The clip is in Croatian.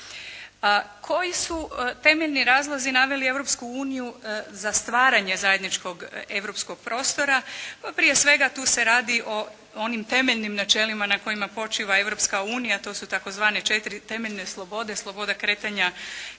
koji su temeljni razlozi naveli Europsku uniju za stvaranje zajedničkog europskog prostora? Pa prije svega tu se radi o onim temeljnim načelima na kojima počiva Europska unija, a to su tzv. 4 temeljne slobode; sloboda kretanja